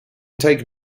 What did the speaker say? take